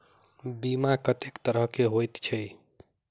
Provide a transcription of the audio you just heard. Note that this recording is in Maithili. बीमा कत्तेक तरह कऽ होइत छी?